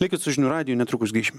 likit su žinių radiju netrukus grįšim